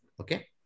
Okay